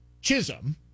Chisholm